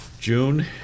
June